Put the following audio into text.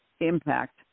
impact